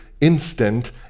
instant